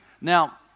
Now